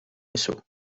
eso